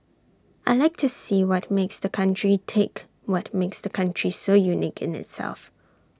I Like to see what makes the country tick what makes the country so unique in itself